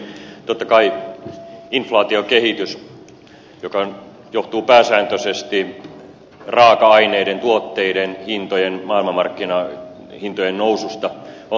totta kai inflaatiokehitys joka johtuu pääsääntöisesti raaka aineiden tuotteiden maailmanmarkkinahintojen noususta on huolestuttava